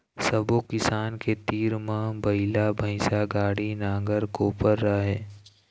सब्बो किसान के तीर म बइला, भइसा, गाड़ी, नांगर, कोपर राहय